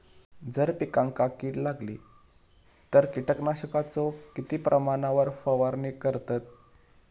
जर पिकांका कीड लागली तर कीटकनाशकाचो किती प्रमाणावर फवारणी करतत?